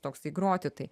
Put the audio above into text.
toksai groti tai